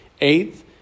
Eighth